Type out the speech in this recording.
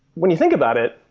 when you think about it,